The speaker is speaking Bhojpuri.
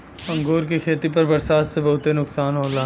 अंगूर के खेती पर बरसात से बहुते नुकसान होला